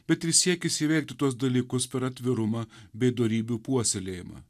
bet ir siekis įveikti tuos dalykus per atvirumą bei dorybių puoselėjimą